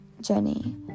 Jenny